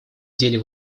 деле